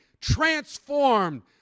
transformed